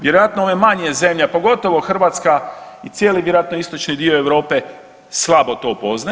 Vjerojatno ove manje zemlje, pogotovo Hrvatska i cijeli vjerojatno istočni dio Europe slabo to poznaje.